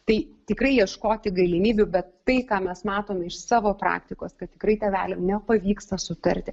tai tikrai ieškoti galimybių bet tai ką mes matome iš savo praktikos kad tikrai tėveliam nepavyksta sutarti